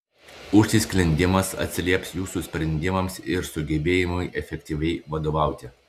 užsisklendimas atsilieps jūsų sprendimams ir sugebėjimui efektyviai vadovauti